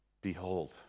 behold